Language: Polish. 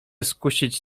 skusić